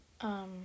um-